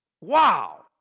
Wow